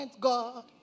God